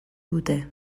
dute